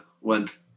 went